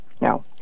no